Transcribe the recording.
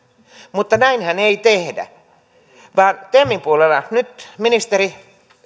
mutta näinhän ei tehdä vaan temin puolella nyt ministeri